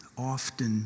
often